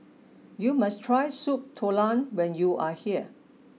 you must try soup Tulang when you are here